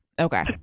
Okay